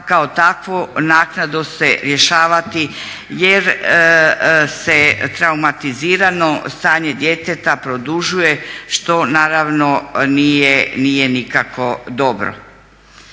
kao takvo naknadno se rješavati jer se traumatizirano stanje djeteta produžuje što nije nikako dobro.